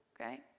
okay